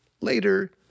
later